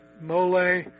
mole